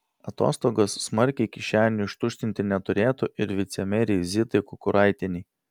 atostogos smarkiai kišenių ištuštinti neturėtų ir vicemerei zitai kukuraitienei